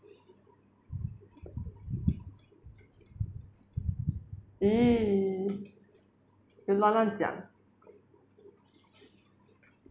mm 你乱乱讲